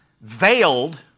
veiled